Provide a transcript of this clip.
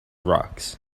rocks